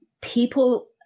people